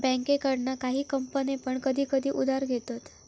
बँकेकडना काही कंपने पण कधी कधी उधार घेतत